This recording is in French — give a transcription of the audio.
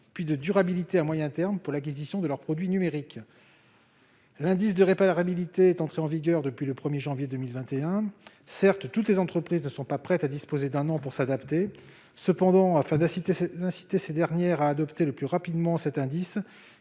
puis de durabilité à moyen terme, pour l'acquisition de leurs produits numériques. L'indice de réparabilité est entré en vigueur depuis le 1janvier 2021. Certes, toutes les entreprises ne sont pas prêtes à disposer d'un an pour s'adapter. Cependant, afin de les inciter à adopter le plus rapidement cet indice,